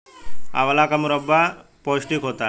आंवला का मुरब्बा पौष्टिक होता है